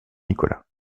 nicolas